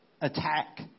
attack